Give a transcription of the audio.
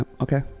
okay